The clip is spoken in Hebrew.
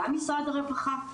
גם משרד הרווחה,